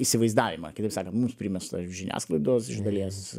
įsivaizdavimą kitaip sakant mums primestą žiniasklaidos iš dalies